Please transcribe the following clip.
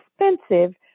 expensive